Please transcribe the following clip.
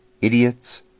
idiots